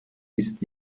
ist